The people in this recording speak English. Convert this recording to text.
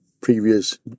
previous